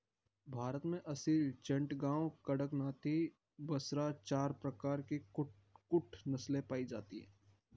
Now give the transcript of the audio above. भारत में असील, चटगांव, कड़कनाथी, बसरा चार प्रकार की कुक्कुट नस्लें पाई जाती हैं